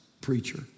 preacher